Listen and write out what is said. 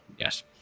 Yes